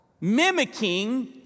mimicking